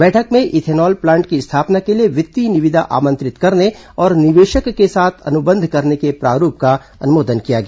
बैठक में ethanol plant की स्थापना के लिए वित्तीय निविदा आमंत्रित करने और निवेशक के साथ अनुबंध करने के प्रारूप का अनुमोदन किया गया